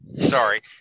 sorry